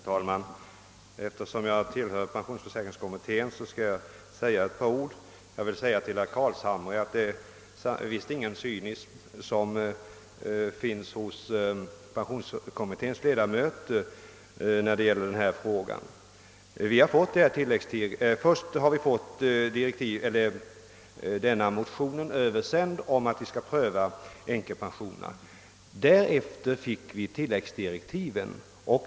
Herr talman! Eftersom jag tillhör pensionsförsäkringskommittén vill jag säga ett par ord. För herr Carlshamre vill jag påpeka att det visst inte råder någon cynism hos kommitténs ledamöter när det gäller denna fråga. Kommittén fick först denna motion om prövning av frågan om änkepensionerna sig tillsänd. Därefter fick vi tilläggsdirektiv.